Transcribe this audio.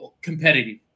competitive